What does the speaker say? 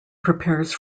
prepares